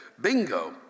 Bingo